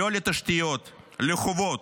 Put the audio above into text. לא לתשתיות, לחובות,